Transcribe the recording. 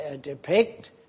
depict